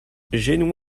génois